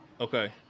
Okay